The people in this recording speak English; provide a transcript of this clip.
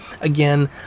again